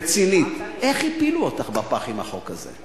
רצינית, איך הפילו אותך בפח עם החוק הזה?